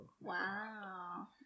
Wow